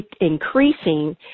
Increasing